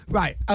right